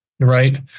Right